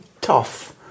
tough